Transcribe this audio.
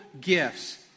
gifts